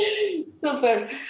Super